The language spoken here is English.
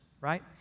right